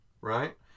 right